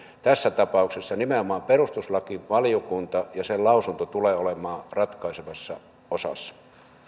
tässä tapauksessa nimenomaan perustuslakivaliokunta ja sen lausunto tulee olemaan ratkaisevassa osassa